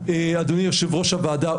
אדוני יושב-ראש הוועדה,